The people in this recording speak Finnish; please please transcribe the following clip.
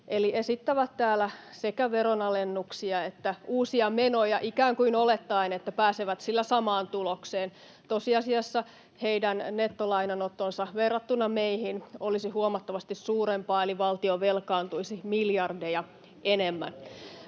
eli esittävät täällä sekä veronalennuksia että uusia menoja ikään kuin olettaen, että pääsevät sillä samaan tulokseen. Tosiasiassa heidän nettolainanottonsa verrattuna meihin olisi huomattavasti suurempaa, eli valtio velkaantuisi miljardeja enemmän.